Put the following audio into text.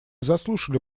заслушали